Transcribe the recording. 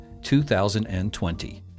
2020